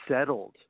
settled